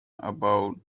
about